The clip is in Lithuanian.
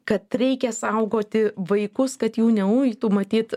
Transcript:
kad reikia saugoti vaikus kad jų neuitu matyt